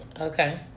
okay